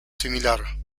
similar